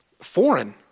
Foreign